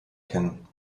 kennen